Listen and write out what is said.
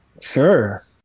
Sure